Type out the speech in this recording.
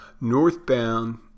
Northbound